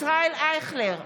ישראל אייכלר,